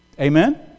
Amen